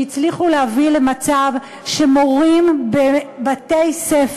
שהצליחו להביא למצב שמורים בבתי-ספר